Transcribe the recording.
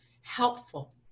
helpful